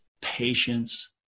patience